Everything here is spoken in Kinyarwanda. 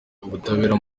ubutabera